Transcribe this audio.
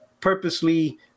purposely